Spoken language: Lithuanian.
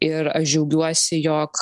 ir aš džiaugiuosi jog